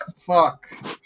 fuck